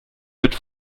mit